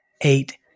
eight